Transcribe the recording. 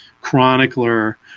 chronicler